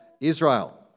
Israel